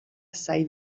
assai